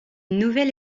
nouvelle